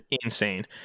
Insane